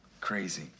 crazy